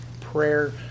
prayer